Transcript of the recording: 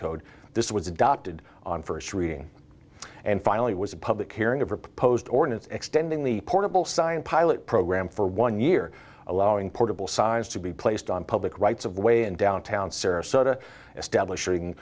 code this was adopted on first reading and finally was a public hearing of a proposed ordinance extending the portable sign pilot program for one year allowing portable signs to be placed on public rights of way in downtown sarasota establishing